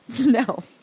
No